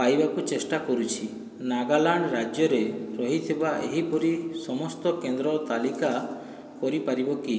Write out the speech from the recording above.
ପାଇବାକୁ ଚେଷ୍ଟା କରୁଛି ନାଗାଲାଣ୍ଡ ରାଜ୍ୟରେ ରହିଥିବା ଏହିପରି ସମସ୍ତ କେନ୍ଦ୍ରର ତାଲିକା କରିପାରିବ କି